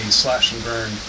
slash-and-burn